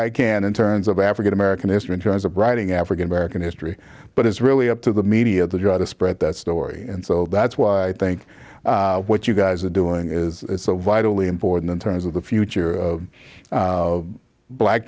i can in terms of african american history in terms of writing african american history but it's really up to the media to try to spread that story and so that's why i think what you guys are doing is so vitally important in terms of the future of black